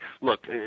look